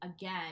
again